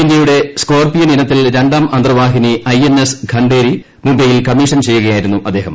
ഇന്ത്യയുടെ സ്ട്ക്ട്ട്ട്ട്ടിൻ ഇനത്തിലെ രണ്ടാം അന്തർവാഹിനി ഐ എൻ എസ് ഖണ്ഡേരി മുംബൈയിൽ കമ്മീഷൻ ചെയ്യുകയായിരു ന്നു് അദ്ദേഹം